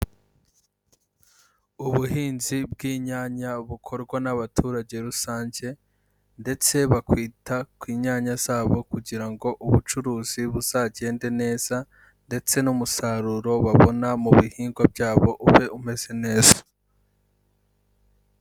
Ubuhinzi bw'inyanya bukorwa n'abaturage rusange ndetse bakita ku nyanya zabo kugira ngo ubucuruzi buzagende neza ndetse n'umusaruro babona mu bihingwa byabo ube umeze neza.